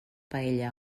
paella